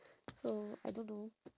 so I don't know